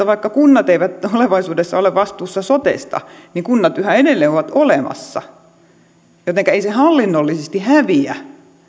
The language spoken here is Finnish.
vaikka kunnat eivät tulevaisuudessa ole vastuussa sotesta niin kunnat yhä edelleen ovat olemassa jotenka ei se hallinnollisesti häviä